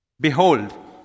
Behold